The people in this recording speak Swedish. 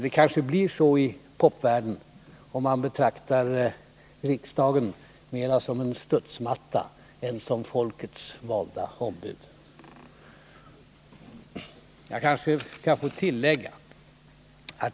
Det kanske blir så, om man betraktar riksdagen mera som en studsmatta i popvärlden än som folkets valda ombud.